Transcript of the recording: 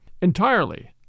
Entirely